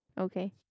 Okay